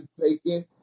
taking